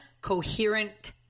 coherent